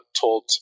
told